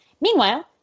Meanwhile